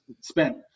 spent